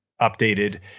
updated